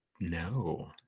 No